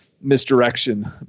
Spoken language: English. misdirection